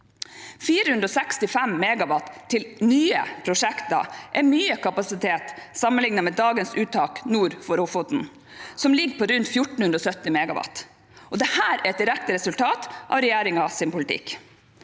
465 MW til nye prosjekter er mye kapasitet sammenlignet med dagens uttak nord for Ofoten, som ligger på rundt 1 470 MW. Dette er et direkte resultat av regjeringens politikk.